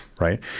right